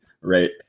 Right